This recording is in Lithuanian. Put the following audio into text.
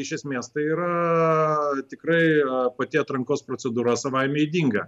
iš esmės tai yra tikrai pati atrankos procedūra savaime ydinga